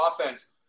offense